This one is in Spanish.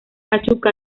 pachuca